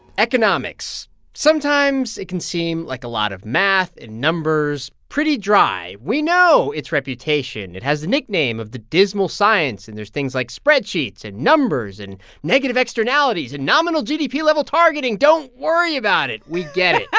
economics sometimes it can seem like a lot of math and numbers pretty dry. we know its reputation. it has the nickname of the dismal science, and there's things like spreadsheets and numbers and negative externalities and nominal gdp level targeting. don't worry about it. we get ah